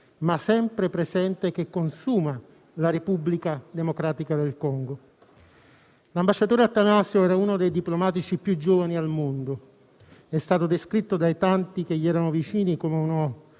ma sempre presente, che consuma la Repubblica democratica del Congo. L'ambasciatore Attanasio era uno dei diplomatici più giovani al mondo ed è stato descritto dai tanti che gli erano vicini come un